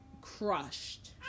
crushed